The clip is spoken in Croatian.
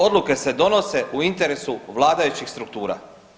Odluke se donose u interesu vladajućih struktura.